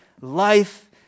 life